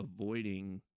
avoiding